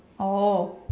oh